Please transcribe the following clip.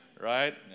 Right